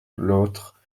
l’autre